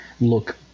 look